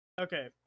Okay